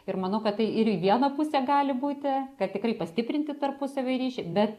ir manau kad tai ir į vieną pusę gali būti kad tikrai pastiprinti tarpusavio ryšį bet